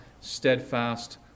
steadfast